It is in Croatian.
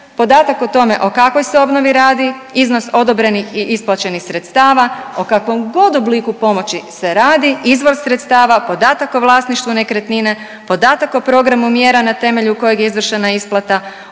Podatak o tome o kakvoj se obnovi radi, iznos odobrenih i isplaćenih sredstava, o kakvom god obliku pomoći se radi, izvor sredstava, podatak o vlasništvu nekretnine, podatak o programu mjera na temelju kojeg je izvršena isplata,